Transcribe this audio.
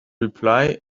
reply